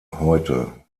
heute